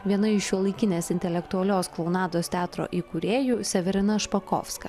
viena iš šiuolaikinės intelektualios klounados teatro įkūrėjų severina špakovska